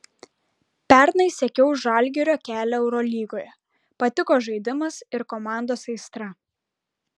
pernai sekiau žalgirio kelią eurolygoje patiko žaidimas ir komandos aistra